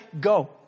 go